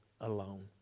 alone